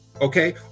Okay